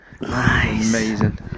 Amazing